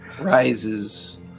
rises